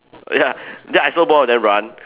ya then I saw both of them run